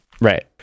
Right